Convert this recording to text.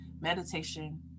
meditation